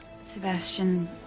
sebastian